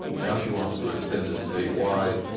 now she wants to extend it state-wide.